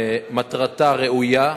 מטרתה ראויה,